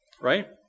Right